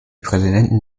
präsidenten